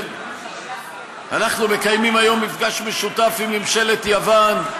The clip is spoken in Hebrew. אנחנו מקיימים היום מפגש משותף עם ממשלת יוון.